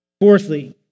Fourthly